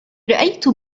رأيت